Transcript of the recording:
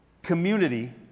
Community